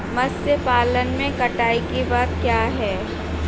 मत्स्य पालन में कटाई के बाद क्या है?